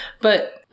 But-